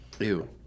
Ew